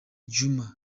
djuma